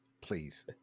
Please